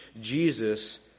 Jesus